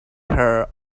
her